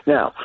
Now